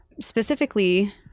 Specifically